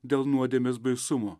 dėl nuodėmės baisumo